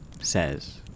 says